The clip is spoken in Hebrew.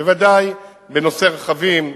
בוודאי בנושא רכבים,